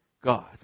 God